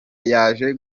yaje